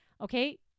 okay